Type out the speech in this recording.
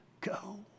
go